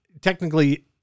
technically